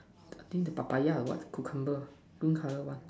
cutting the Papaya and what cucumber green color one